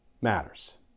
matters